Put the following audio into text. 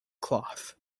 cloth